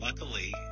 Luckily